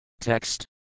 Text